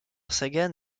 sagan